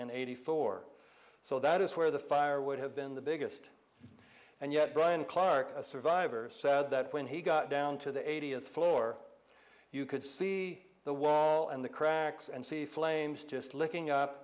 and eighty four so that is where the fire would have been the biggest and yet brian clark a survivor said that when he got down to the eightieth floor you could see the wall and the cracks and see flames just looking up